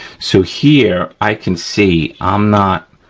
so here i can see i'm not,